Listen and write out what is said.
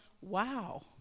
wow